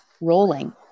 rolling